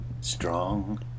Strong